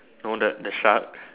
no the the shack